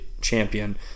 champion